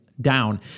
down